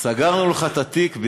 סגרנו לך את התיק.